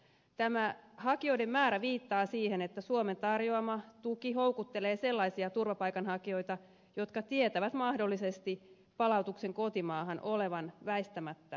tämä hakijoiden määrä viittaa siihen että suomen tarjoama tuki houkuttelee sellaisia turvapaikanhakijoita jotka tietävät mahdollisesti palautuksen kotimaahan olevan väistämättä edessä